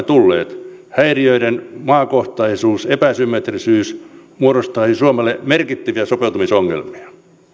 tulleet häiriöiden maakohtaisuus epäsymmetrisyys muodostaisi suomelle merkittäviä sopeutumisongelmia